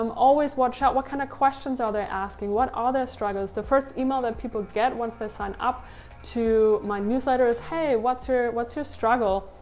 um always watch out. what kind of questions are they asking? what are their struggles? the first email that people get once they sign up to my newsletter is, hey, what's your what's your struggle?